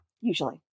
Usually